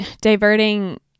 diverting